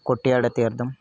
Kottiyada తీర్ధం